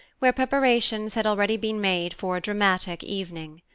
where preparations had already been made for a dramatic evening.